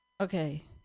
Okay